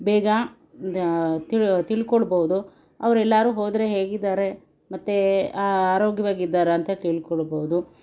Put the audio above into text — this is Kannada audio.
ಬೇಗ ತಿಳ್ ತಿಳ್ಕೊಳ್ಬೋದು ಅವರೆಲ್ಲರೂ ಹೋದರೆ ಹೇಗಿದ್ದಾರೆ ಮತ್ತು ಆರೋಗ್ಯವಾಗಿದ್ದಾರಾ ಅಂತ ತಿಳ್ಕೊಳ್ಬೋದು